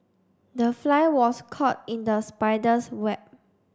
the fly was caught in the spider's web